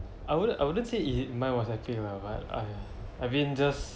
I wouldn't I wouldn't say it's it's mine was actually lah but ah I mean just